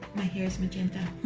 my hair's magenta